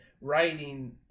writing